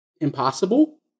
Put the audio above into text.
Impossible